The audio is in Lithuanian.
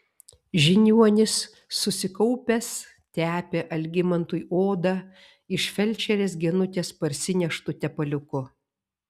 žiniuonis susikaupęs tepė algimantui odą iš felčerės genutės parsineštu tepaliuku